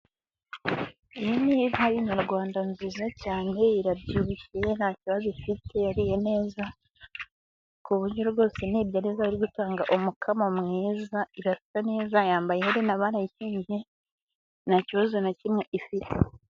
Iyi ni inka y'inyarwanda nziza cyane, irabyibukiye nta kibazo ifite, yariye neza, ku buryo rwose nibyara izaba iri gutanga umukamo mwiza, irasa neza, yambaye iherena barayikingiye nta kibazo na kimwe ifite.